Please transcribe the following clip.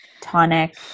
tonic